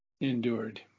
endured